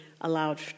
allowed